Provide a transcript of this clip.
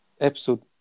episode